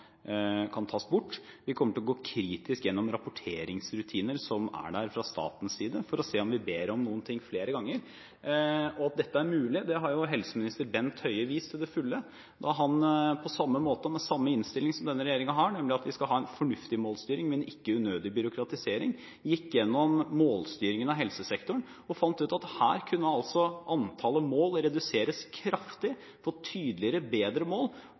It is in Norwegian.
tas bort. Vi kommer til å gå kritisk gjennom rapporteringsrutiner som er der fra statens side, for å se om vi ber om noen ting flere ganger. At dette er mulig, har jo helseminister Bent Høie vist til fulle da han – på samme måte og med samme innstilling som denne regjeringen har, nemlig om at vi skal ha en fornuftig målstyring, men ikke unødig byråkratisering – gikk gjennom målstyringen av helsesektoren og fant ut at der kunne antallet mål reduseres kraftig ved å få tydeligere og bedre mål.